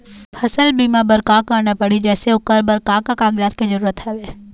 फसल बीमा बार का करना पड़ही जैसे ओकर बर का का कागजात के जरूरत हवे?